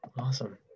Awesome